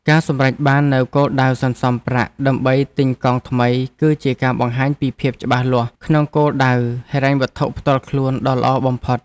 ការសម្រេចបាននូវគោលដៅសន្សំប្រាក់ដើម្បីទិញកង់ថ្មីគឺជាការបង្ហាញពីភាពច្បាស់លាស់ក្នុងគោលដៅហិរញ្ញវត្ថុផ្ទាល់ខ្លួនដ៏ល្អបំផុត។